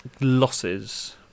losses